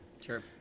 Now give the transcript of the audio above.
Sure